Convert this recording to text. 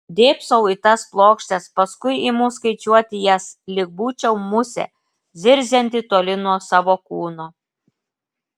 dėbsau į tas plokštes paskui imu skaičiuoti jas lyg būčiau musė zirzianti toli nuo savo kūno